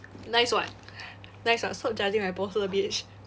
nice [what] nice [what] stop judging my poster bitch